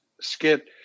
skit